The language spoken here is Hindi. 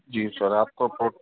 जी सर आपको प्रो